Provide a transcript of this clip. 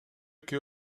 эки